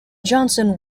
johnson